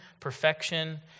perfection